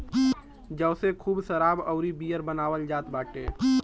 जौ से खूब शराब अउरी बियर बनावल जात बाटे